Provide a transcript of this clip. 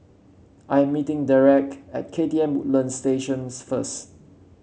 I am meeting Derrek at K T M Woodlands Station first